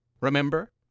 remember